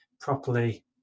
properly